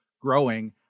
growing